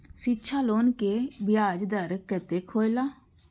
शिक्षा लोन के ब्याज दर कतेक हौला?